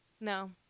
No